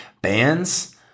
bands